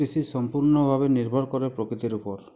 কৃষি সম্পূর্ণভাবে নির্ভর করে প্রকৃতির উপর